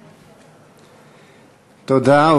תודה.